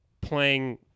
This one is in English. playing